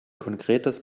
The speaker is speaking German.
konkretes